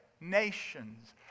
nations